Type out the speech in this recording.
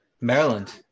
Maryland